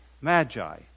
magi